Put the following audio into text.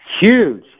Huge